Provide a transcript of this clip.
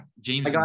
James